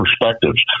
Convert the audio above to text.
perspectives